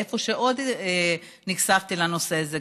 איפה שעוד נחשפתי לנושא הזה,